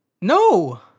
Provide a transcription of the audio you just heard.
no